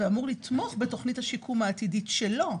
ואמור לתמוך בתכנית השיקום העתידית שלו,